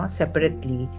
separately